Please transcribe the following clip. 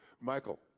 Michael